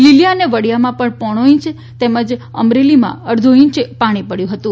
લીલીયા અને વડીયામા પોણો ઇંચ તેમજ અમરેલીમા અડધો ઇંચ પાણી પડ્યું હતુ